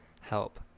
help